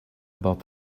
about